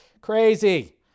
Crazy